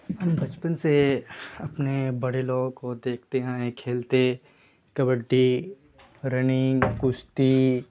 ہم بچپن سے اپنے بڑے لوگوں کو دیکھتے آئے ہیں کھیلتے کبڈی رننگ کشتی